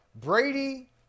Brady